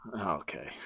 okay